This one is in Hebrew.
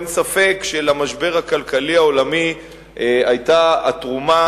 אין ספק שלמשבר הכלכלי העולמי היתה התרומה